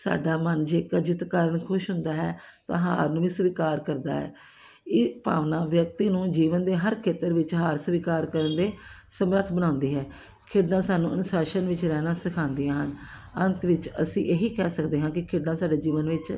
ਸਾਡਾ ਮਨ ਜੇਕਰ ਜਿੱਤ ਕਾਰਨ ਖੁਸ਼ ਹੁੰਦਾ ਹੈ ਤਾਂ ਹਾਰ ਨੂੰ ਵੀ ਸਵੀਕਾਰ ਕਰਦਾ ਹੈ ਇਹ ਭਾਵਨਾ ਵਿਅਕਤੀ ਨੂੰ ਜੀਵਨ ਦੇ ਹਰ ਖੇਤਰ ਵਿੱਚ ਹਾਰ ਸਵੀਕਾਰ ਕਰਨ ਦੇ ਸਮਰੱਥ ਬਣਾਉਂਦੀ ਹੈ ਖੇਡਾਂ ਸਾਨੂੰ ਅਨੁਸ਼ਾਸਨ ਵਿੱਚ ਰਹਿਣਾ ਸਿਖਾਉਂਦੀਆਂ ਹਨ ਅੰਤ ਵਿੱਚ ਅਸੀਂ ਇਹੀ ਕਹਿ ਸਕਦੇ ਹਾਂ ਕਿ ਖੇਡਾਂ ਸਾਡੇ ਜੀਵਨ ਵਿੱਚ